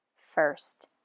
first